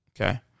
Okay